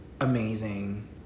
Amazing